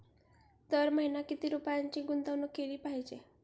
दर महिना किती रुपयांची गुंतवणूक केली पाहिजे?